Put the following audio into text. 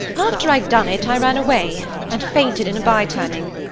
after i'd done it i ran away, and fainted in a by turning.